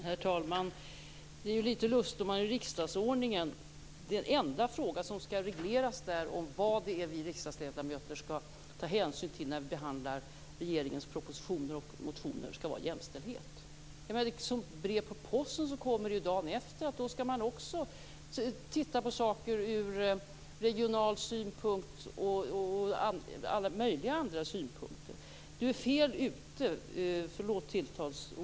Herr talman! Det är litet lustigt om den enda fråga som skall regleras i riksdagsordningen och som vi riksdagsledamöter skall ta hänsyn till när vi behandlar regeringens propositioner och motioner är jämställdhet. Som brev på posten kommer dagen efter krav på att man också skall titta på saker ur regional synpunkt och alla möjliga andra synpunkter.